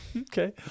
Okay